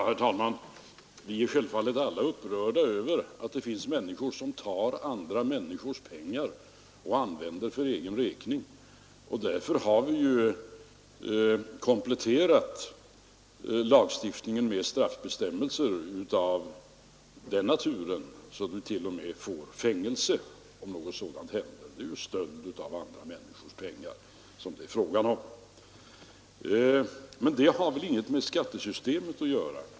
Herr talman! Vi är självfallet alla upprörda över att det finns människor som tar andra människors pengar och använder för egen räkning. Därför har vi kompletterat lagstiftningen med straffbestämmelser av den naturen attt.o.m., fängelsestraff kan utdömas. Det är ju stöld det är fråga om. Men detta har väl inget med skattesystemet att göra.